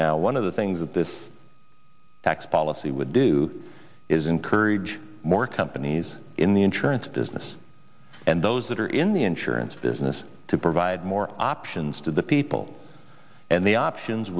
now one of the things that this tax policy would do is encourage more companies in the insurance business and those that are in the insurance business to provide more options to the people and the options